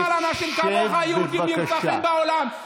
בגלל אנשים כמוך יהודים נרצחים בעולם.